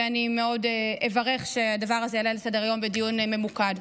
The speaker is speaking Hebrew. ואני מאוד אברך שהדבר הזה יעלה על סדר-היום בדיון ממוקד.